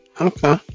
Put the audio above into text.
Okay